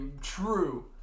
true